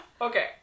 Okay